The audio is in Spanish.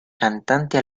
cantante